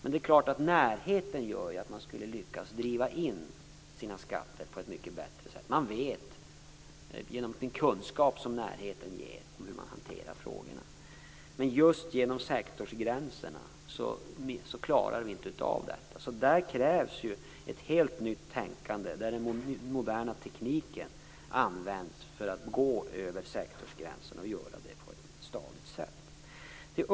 Närheten skulle göra att man lyckades bättre med att driva in skatterna. Genom den kunskap som närheten ger vet man hur man skall hantera frågorna. Sektorsgränserna gör emellertid att vi inte klarar av det. Det krävs alltså ett helt nytt tänkande, där den moderna tekniken kan användas för att på ett stadigt sätt gå över sektorsgränserna.